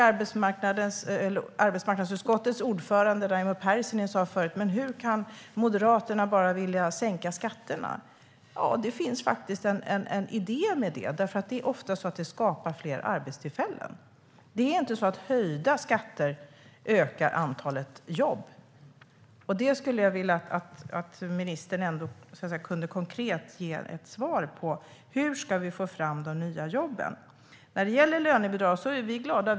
Arbetsmarknadsutskottets ordförande Raimo Pärssinen sa förut: Hur kan Moderaterna bara vilja sänka skatterna? Det finns faktiskt en idé med det, eftersom det ofta skapar fler arbetstillfällen. Höjda skatter ökar inte antalet jobb. Jag skulle vilja att ministern ger ett konkret svar på hur vi ska få fram de nya jobben. När det gäller lönebidrag är vi glada.